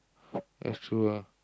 that's true ah